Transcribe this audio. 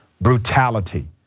brutality